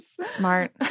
Smart